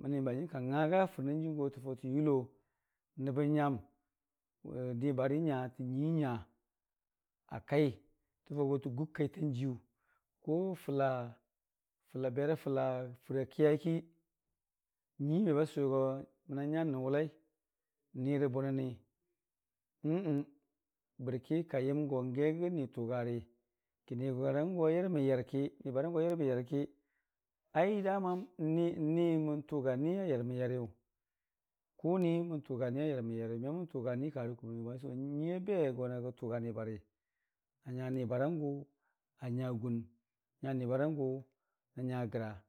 məni bənjiim ka ngaga fʊrnan jiiyu go tə faʊtə yɨlo nəbba nyam nibari nya rə nyuii nya akai təfaʊ go tə gukkai tə jiiyu fəla berafəla fɨrakiyaiki nyuii meba sʊwogo mənan n'nyan nanwʊlai nirə bunəni oo bərkika yəm go ge gəni tʊgari kinibarangʊ a yarmənyarki nibarangʊ a yarməyarki mən tʊgan n'niya yarmənyariyʊ, kʊni mən tʊgan'ni a yarmən kumniiyu nyuii abe gona gə tʊga nibari gonanya nibarangʊ anya gun na nya gra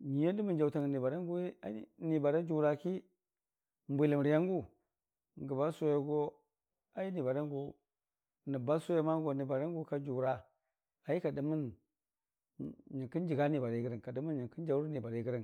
nyuii a dəmə jaʊtang rə nibaran gʊiwi nibara jʊraki n'bwiləmri n'gʊ gəba sʊwe go nibaran gʊ, nəbnyang ba sʊwe go nibarangʊ kajʊra kadəmən nyənkəng jəga nibari gərəng.